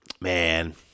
Man